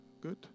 good